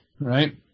right